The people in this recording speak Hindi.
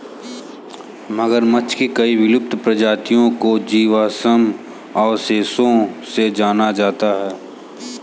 मगरमच्छ की कई विलुप्त प्रजातियों को जीवाश्म अवशेषों से जाना जाता है